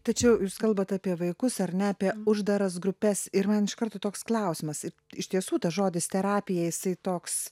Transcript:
tačiau jūs kalbat apie vaikus ar ne apie uždaras grupes ir man iš karto toks klausimas iš tiesų tas žodis terapija jisai toks